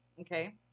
Okay